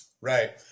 Right